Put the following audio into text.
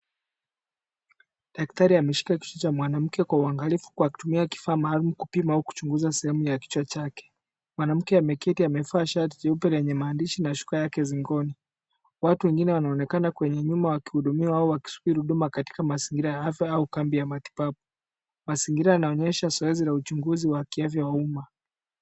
Daktari ameshika kichwa cha mwanamke kwa uangalifu kwa kutumia kifaa maalum kupima au kuchunguza sehemu ya kichwa chake. Mwanamke ameketi amevaa shati nyeupe lenye maandishi na shuka yake shingoni. Watu wengine wanaonekana kwenye nyuma wakihudumiwa au wakisubiri kuhudumiwakatika mazingira ya afya au kambi ya matibabu. Mazingira yanaonyesha zoezi ya uchunguzi wa kiafya wa uma.